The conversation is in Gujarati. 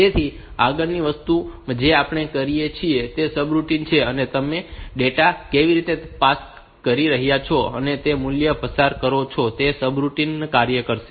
તેથી આગળની વસ્તુ જે આપણે કરીએ છીએ તે સબરૂટિન છે અને તમે ડેટા કેવી રીતે પસાર કરી રહ્યાં છો અને તમે જે મૂલ્ય પસાર કરો છો તેના પર સબરૂટિન કાર્ય કરશે